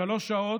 שלוש שעות,